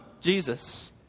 Jesus